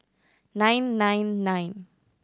nine nine nine